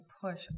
push